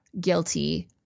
guilty